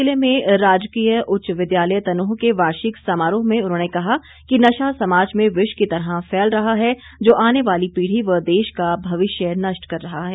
ऊना जिले में राजकीय उच्च विद्यालय तनोह के वार्षिक समारोह में उन्होंने कहा कि नशा समाज में विष की तरह फैल रहा है जो आने वाली पीढ़ी व देश का भविष्य नष्ट कर रहा है